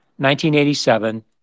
1987